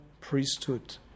priesthood